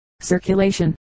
circulation